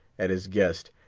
at his guest,